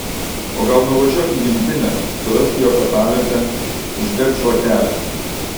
o gal nuvažiuok į gimtinę surask jo kapavietę uždek žvakelę